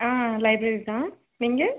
ஆ library தான் நீங்கள்